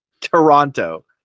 Toronto